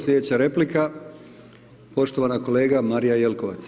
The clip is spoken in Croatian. Sljedeća replika poštovana kolegica Marija Jelkovac.